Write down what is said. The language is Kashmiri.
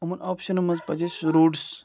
یِمَن آپشَنَو منٛز پَزِ اسہِ روڈٕس